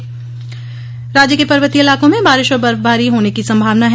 मौसम राज्य के पर्वतीय इलाकों में बारिश और बर्फबारी होने की संभावना है